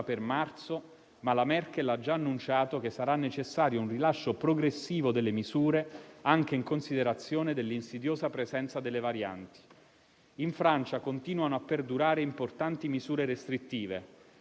In Francia continuano a perdurare importanti misure restrittive, con chiusure di bar e ristoranti - ininterrotta da ottobre - e coprifuoco che dalla metà di gennaio è stato anticipato alle 18 del pomeriggio.